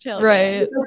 Right